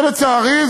ולצערי,